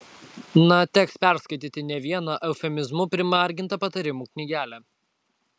na teks perskaityti ne vieną eufemizmų primargintą patarimų knygelę